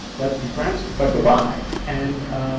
let's be friends, but goodbye. and